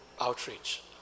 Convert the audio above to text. outreach